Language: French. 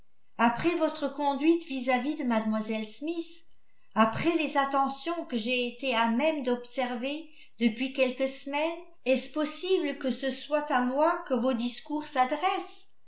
après votre conduite vis-à-vis de mlle smith après les attentions que j'ai été à même d'observer depuis quelques semaines est-ce possible que ce soit à moi que vos discours s'adressent